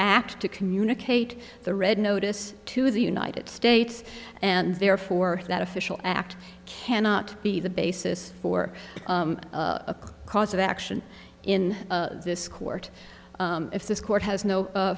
act to communicate the red notice to the united states and therefore that official act cannot be the basis for a cause of action in this court if this court has no